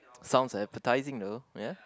sounds appetizing though ya